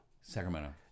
Sacramento